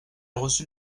reçu